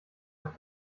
auf